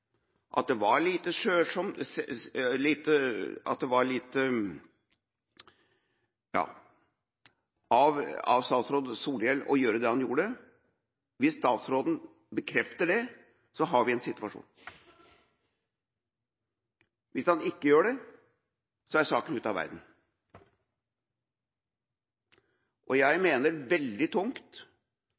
at det var lite skjønnsomt av statsråd Solhjell å gjøre det han gjorde – hvis statsråden bekrefter det, har vi en situasjon. Hvis han ikke gjør det, er saken ute av verden. Jeg mener veldig